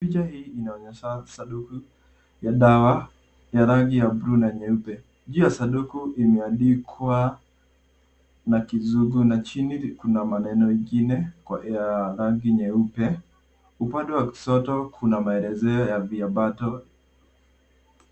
Picha hii inaonyesha sanduku ya dawa ya rangi ya bluu na nyeupe. Juu ya sanduku imeandikwa na kizungu na chini kuna maneno ingine kwa rangi nyeupe. Upande wa kushoto kuna maelezeo ya viambato.